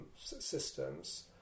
systems